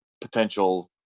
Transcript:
potential